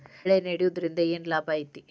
ಬೆಳೆ ನೆಡುದ್ರಿಂದ ಏನ್ ಲಾಭ ಐತಿ?